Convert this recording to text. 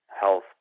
health